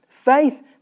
Faith